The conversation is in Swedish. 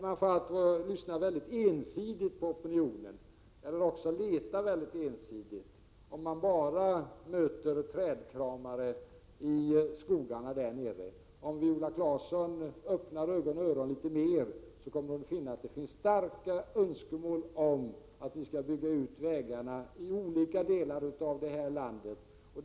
Man lyssnar nog ensidigt på opinionen, eller letar ensidigt, om man bara möter trädkramare i skogarna där nere. Om Viola Claesson öppnar ögon och öron litet mer kommer hon att finna att önskemålen är starka om att vägarna i olika delar av landet skall byggas ut.